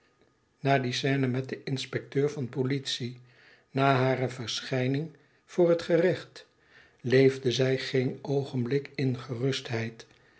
na die scène met den inspecteur van politie na hare verschijning voor het gerecht leefde zij geen oogenblik in gerustheid